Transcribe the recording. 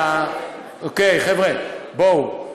אוקיי, חבר'ה, בואו.